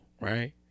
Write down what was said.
right